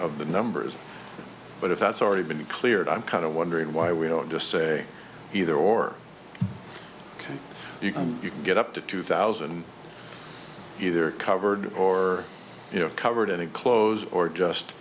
of the numbers but if that's already been cleared i'm kind of wondering why we don't just say either or can you can you can get up to two thousand either covered or you know covered in clothes or just